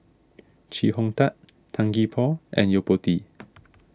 Chee Hong Tat Tan Gee Paw and Yo Po Tee